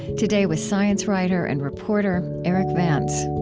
today with science writer and reporter, erik vance